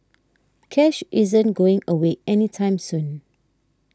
cash isn't going away any time soon